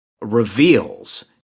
reveals